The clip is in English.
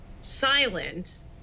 silent